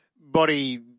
Body